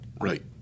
Right